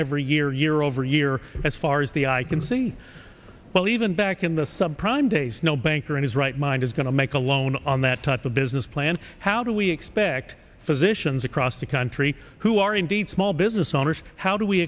every year year over year as far as the eye can see well even back in the subprime days no banker in his right mind is going to make a loan on that type of business plan how do we expect physicians across the country who are indeed small business owners how do we